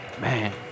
man